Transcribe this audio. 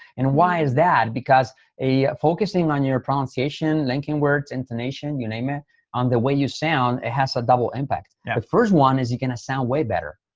and why is that? because focusing on your pronunciation, linking words, intonation, you name it on the way you sound, it has a double impact. the first one is you going to sound way better.